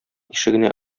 ишегенә